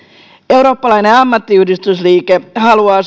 eurooppalainen ammattiyhdistysliike haluaa